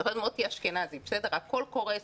את מוטי אשכנזי: הכול קורס,